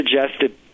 suggested